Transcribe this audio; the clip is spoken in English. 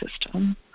system